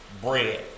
bread